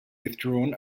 withdrawn